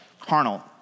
Carnal